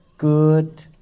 good